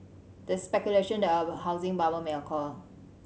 there is speculation that a housing bubble may occur